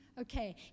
Okay